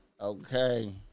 Okay